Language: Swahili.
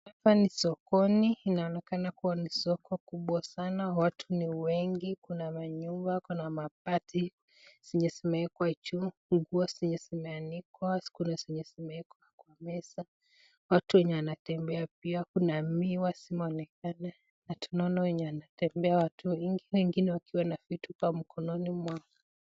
Hapa ni sokoni inaonekana kuwa ni soko kubwa sana, watu ni wengi kuna manyumba kuna mabati, kuna zenye zimewekwa juu kubwa zenye zimeanikwa kuna zenye zimewekwa kwa meza, watu wenye wanatembea pia kuna miwa zimeonekana watu nono wenye wanatembea watu wengi, wengine wakiwa na vitu kwa mikononi mwao.